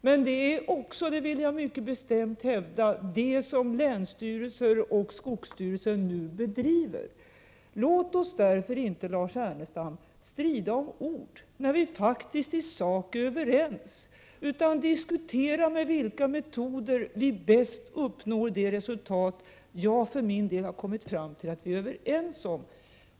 Så är emellertid också fallet, det vill jag mycket bestämt hävda, med det arbete som länsstyrelser och skogsstyrelser nu bedriver. Låt oss därför inte, Lars Ernestam, strida om ord när vi faktiskt är överens i sak. Låt oss i stället diskutera med vilka metoder vi bäst uppnår de resultat som jag för min del har kommit fram till att vi är överens om.